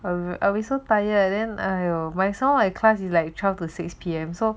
I will be so tired then !aiyo! somemore my class like twelve to six P_M so